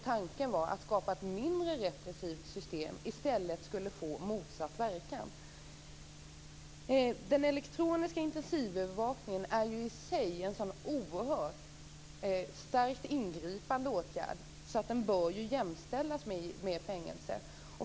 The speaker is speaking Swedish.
Tanken var att skapa mindre repressivt system, men förslaget skulle i stället få motsatt verkan. Den elektroniska intensivövervakningen är i sig en sådan oerhört starkt ingripande åtgärd att den bör jämställas med fängelse.